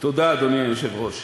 תודה, אדוני היושב-ראש.